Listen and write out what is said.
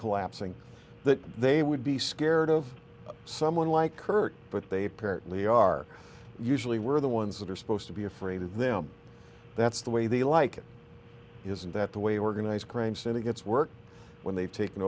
collapsing that they would be scared of someone like her but they apparently are usually we're the ones that are supposed to be afraid of them that's the way they like it isn't that the way organized crime syndicates work when they've taken